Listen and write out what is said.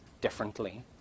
differently